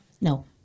No